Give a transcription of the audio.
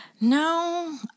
No